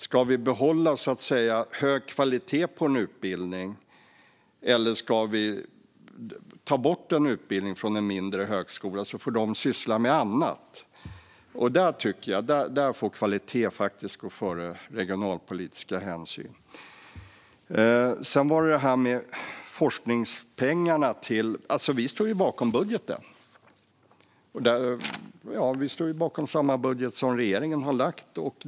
Ska vi behålla hög kvalitet på en utbildning, eller ska vi ta bort en utbildning från en mindre högskola så att den får syssla med annat? Där får kvalitet gå före regionalpolitiska hänsyn. Sedan var det frågan om forskningspengarna. Vi står bakom den budget som regeringen har lagt fram.